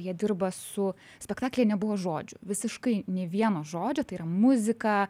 jie dirba su spektaklyje nebuvo žodžių visiškai nei vieno žodžio tai yra muzika